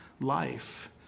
life